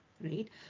Right